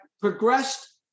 progressed